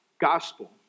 gospel